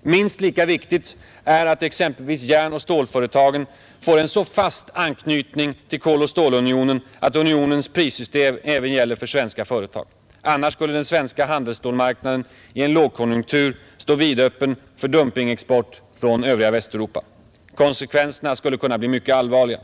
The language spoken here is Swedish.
Minst lika viktigt är att exempelvis järnoch stålföretagen får en så fast anknytning till koloch stålunionen att unionens prissystem även gäller för svenska företag. Annars skulle den svenska handelsstålmarknaden i en lågkonjunktur stå vidöppen för dumpingexport från Västeuropa. Konsekvenserna kunde bli mycket allvarliga.